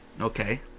Okay